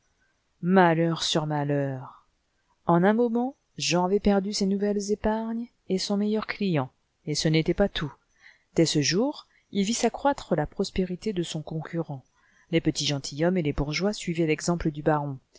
malheur sur malheur en un moment jean avait perdu ses nouvelles épargnes et son meilleur client et ce n'était pas tout dès ce jour il vit s'accroître la prospérité de son concurrent les petits gentilshommes et les bourgeois suivaient l'exemple du baron